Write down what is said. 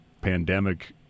pandemic